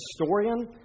historian